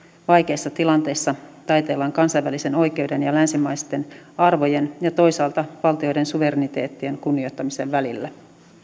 vaikeissa tilanteissa taiteillaan kansainvälisen oikeuden ja länsimaisten arvojen ja toisaalta valtioiden suvereniteettien kunnioittamisen välillä